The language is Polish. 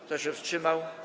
Kto się wstrzymał?